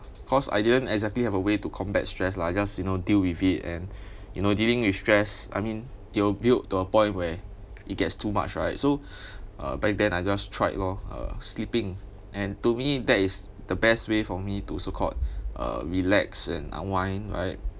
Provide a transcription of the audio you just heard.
cause I didn't exactly have a way to combat stress lah just you know deal with it and you know dealing with stress I mean it'll build to a point where it gets too much right so uh back then I just tried lor uh sleeping and to me that is the best way for me to so called uh relax and unwind right